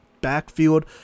backfield